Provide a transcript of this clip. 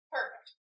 Perfect